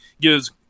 gives